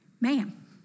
ma'am